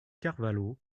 carvalho